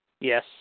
Yes